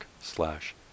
slash